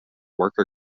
worker